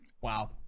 wow